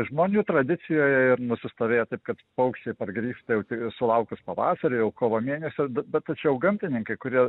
žmonių tradicijoje ir nusistovėjo taip kad paukščiai pargrįžta jau tik sulaukus pavasario jau kovo mėnesį bet tačiau gamtininkai kurie